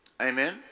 Amen